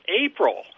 April